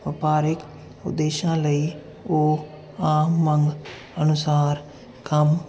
ਵਪਾਰਕ ਉਦੇਸ਼ਾਂ ਲਈ ਉਹ ਆਮ ਮੰਗ ਅਨੁਸਾਰ ਕੰਮ